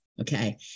okay